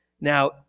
Now